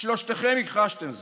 שלושתכם הכחשתם זאת.